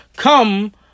Come